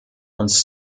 uns